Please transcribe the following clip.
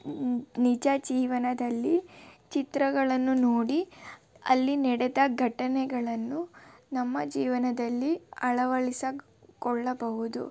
ನಿ ನಿಜ ಜೀವನದಲ್ಲಿ ಚಿತ್ರಗಳನ್ನು ನೋಡಿ ಅಲ್ಲಿ ನಡೆದ ಘಟನೆಗಳನ್ನು ನಮ್ಮ ಜೀವನದಲ್ಲಿ ಅಳವಡಿಸಿಕೊಳ್ಳಬಹುದು